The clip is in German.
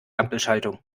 ampelschaltung